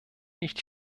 nicht